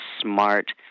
smart